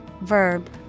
verb